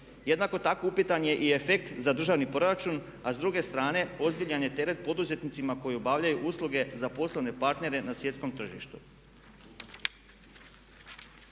Jednako tako upitan je i efekt za državni proračun a s druge strane ozbiljan je teret poduzetnicima koji obavljaju usluge za poslovne partnere na svjetskom tržištu.